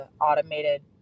automated